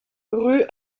rue